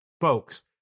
folks